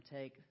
take